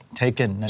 taken